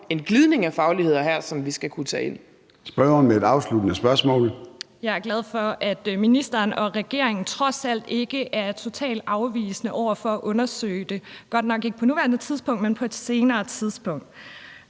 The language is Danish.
en glidning af fagligheder her, som vi skal kunne tage ind.